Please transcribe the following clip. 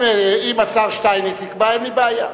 אם השר שטייניץ יקבע, אין לי בעיה.